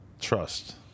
trust